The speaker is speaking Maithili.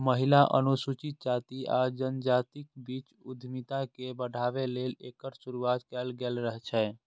महिला, अनुसूचित जाति आ जनजातिक बीच उद्यमिता के बढ़ाबै लेल एकर शुरुआत कैल गेल छै